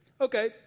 Okay